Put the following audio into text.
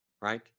right